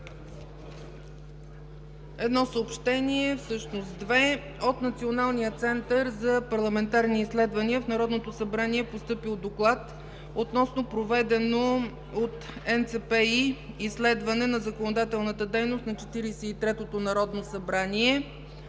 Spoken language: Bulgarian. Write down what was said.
Две съобщения. От Националния център за парламентарни изследвания в Народното събрание е постъпил Доклад относно проведено от НЦПИ изследване на законодателната дейност на Четиридесет и третото народно събрание.